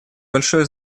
большое